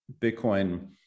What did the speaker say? Bitcoin